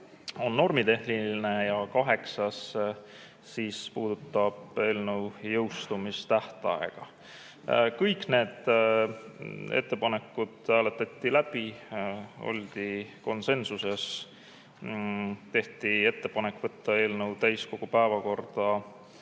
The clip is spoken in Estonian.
on normitehniline. Ja kaheksas puudutab eelnõu jõustumise tähtaega. Kõik need ettepanekud hääletati läbi, oldi konsensuses. Tehti ettepanek võtta eelnõu täiskogu päevakorda